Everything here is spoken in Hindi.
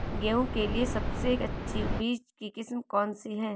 गेहूँ के लिए सबसे अच्छी बीज की किस्म कौनसी है?